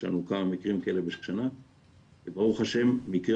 יש לנו כמה מקרים כאלה בשנה וברוך השם מקרה